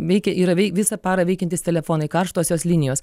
veikia yra veik visą parą veikiantys telefonai karštosios linijos